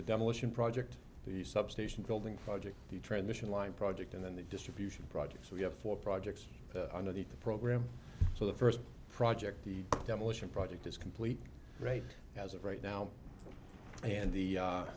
the demolition project the substation building fudging the transmission line project and then the distribution project so we have four projects under the program so the first project the demolition project is complete right as of right now and the